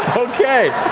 okay.